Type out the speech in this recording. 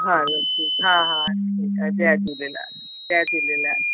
हलो ठीकु हा हा ठीकु आहे जय झूलेलाल जय झूलेलाल